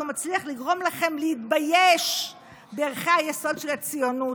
הוא מצליח לגרום לכם להתבייש בערכי היסוד של הציונות,